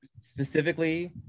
specifically